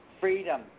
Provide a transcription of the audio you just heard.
Freedom